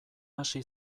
hasi